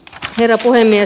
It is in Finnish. herra puhemies